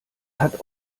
hat